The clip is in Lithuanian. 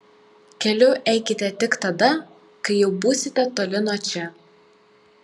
keliu eikite tik tada kai jau būsite toli nuo čia